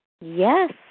Yes